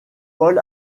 paul